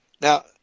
Now